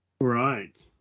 Right